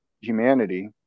humanity